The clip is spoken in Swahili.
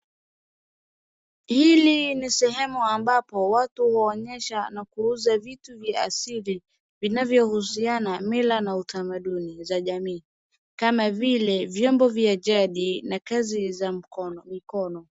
Hili ni sehemu ambapo watu huuza vitu za utamaduni za jamii na kazi za mikono.